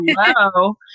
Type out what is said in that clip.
hello